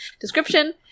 description